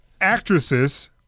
actresses